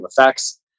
effects